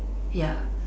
ya